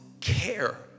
care